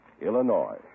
Illinois